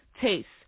Taste